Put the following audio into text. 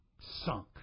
sunk